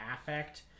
affect